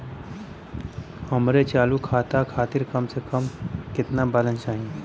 हमरे चालू खाता खातिर कम से कम केतना बैलैंस चाही?